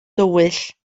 dywyll